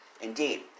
Indeed